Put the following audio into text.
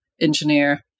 engineer